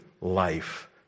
life